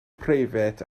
preifat